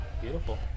Beautiful